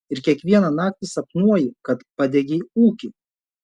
ir kiekvieną naktį sapnuoji kad padegei ūkį